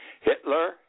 Hitler